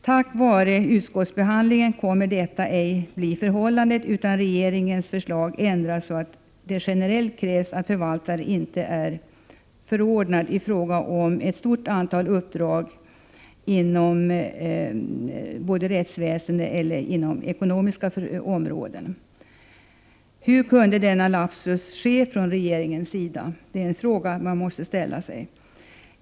Tack vare utskottsbehandlingen kommer detta ej att bli förhållandet, utan regeringens förslag ändras så att det generellt krävs att förvaltare inte är förordnad i fråga om ett stort antal uppdrag inom såväl rättsväsendet som det ekonomiska området. Man måste ställa sig frågan hur denna lapsus kunde ske från regeringens sida.